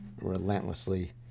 relentlessly